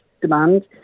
demand